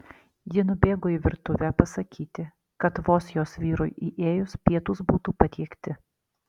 ji nubėgo į virtuvę pasakyti kad vos jos vyrui įėjus pietūs būtų patiekti